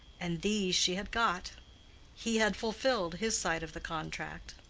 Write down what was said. and these she had got he had fulfilled his side of the contract.